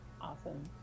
Awesome